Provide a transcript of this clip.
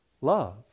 love